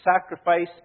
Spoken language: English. sacrifice